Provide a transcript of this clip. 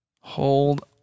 Hold